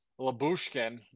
labushkin